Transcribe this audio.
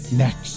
next